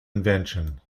invention